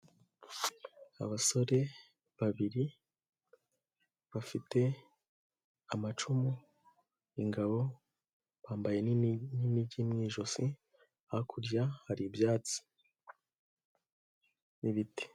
Abasore babiri bafite amacumu, ingabo, bambaye n'inigi mu ijosi hakurya hari ibyatsi n'ibiti.